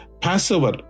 Passover